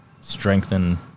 strengthen